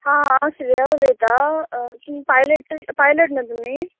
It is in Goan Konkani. आं हांव श्रेय उलयतां तुमी पायलट पायलट न्हू तुमी